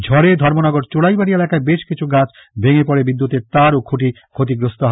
ঝড়ে ধর্মনগর চুরাইবাড়ি এলাকায় বেশ কিছু গাছ ভেঙ্গে পড়ে বিদ্যুতের তাঁর ও খুঁটি ক্ষতিগ্রস্ত হয়